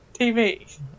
TV